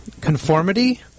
conformity